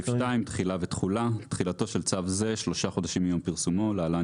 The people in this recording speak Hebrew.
תחילה ותחילה 2. תחילתו של צו זה שלושה חודשים מיום פרסומו (להלן,